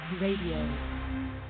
Radio